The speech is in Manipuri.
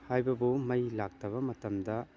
ꯍꯥꯏꯕꯕꯨ ꯃꯩ ꯂꯥꯛꯇꯕ ꯃꯇꯝꯗ